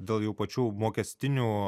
dėl jau pačių mokestinių